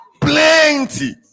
plenty